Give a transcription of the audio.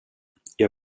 jag